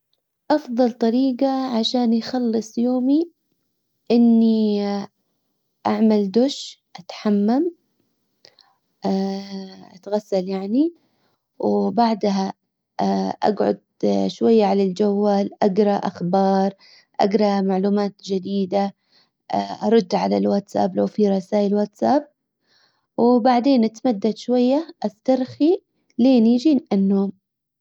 افضل طريجة عشان يخلص يومي. اني اعمل دش اتحمم اتغسل يعني. وبعدها اقعد شوية على الجوال اقرا اخبار. اقرا معلومات جديدة ارد على الواتساب لو في رسايل واتساب وبعدين اتمدت شوية استرخي لين يجي النوم.